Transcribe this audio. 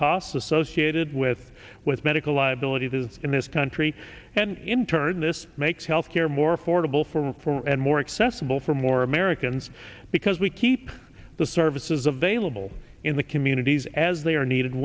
costs associated with with medical liability it is in this country and in turn this makes health care more affordable for reform and more accessible for more americans because we keep the services available in the communities as they are needed